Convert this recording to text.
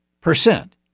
percent